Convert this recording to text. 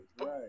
right